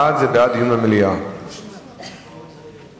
ההצעה לכלול